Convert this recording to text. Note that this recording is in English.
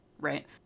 Right